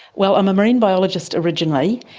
well, i'm a marine biologist originally,